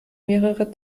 mehrere